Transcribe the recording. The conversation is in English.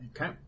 Okay